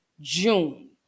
June